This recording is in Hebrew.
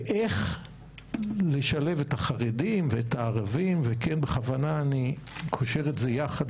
ואיך לשלב את החרדים ואת הערבים ואני בכוונה קושר את זה יחד,